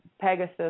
Pegasus